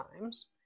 times